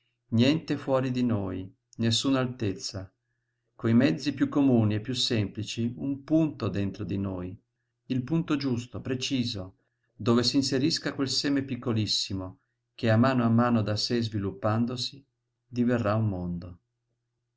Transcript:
niente fuori di noi nessun'altezza coi mezzi piú comuni e piú semplici un punto dentro di noi il punto giusto preciso dove s'inserisca quel seme piccolissimo che a mano a mano da sé sviluppandosi diverrà un mondo